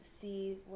see